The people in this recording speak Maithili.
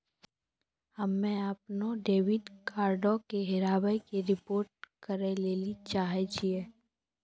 हम्मे अपनो डेबिट कार्डो के हेराबै के रिपोर्ट करै लेली चाहै छियै